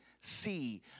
see